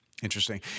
Interesting